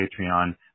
Patreon